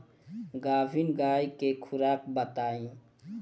गाभिन गाय के खुराक बताई?